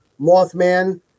Mothman